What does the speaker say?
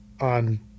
on